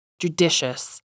Judicious